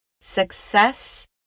success